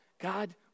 God